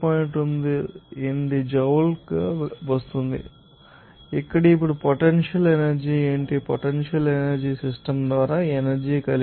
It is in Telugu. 28జౌల్ గా వస్తుంది ఇక్కడ ఇప్పుడు పొటెన్షియల్ ఎనర్జీ ఏమిటి పొటెన్షియల్ ఎనర్జీ సిస్టమ్ ద్వారా ఎనర్జీ కలిగి ఉంది